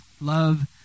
love